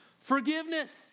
Forgiveness